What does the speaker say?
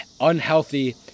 unhealthy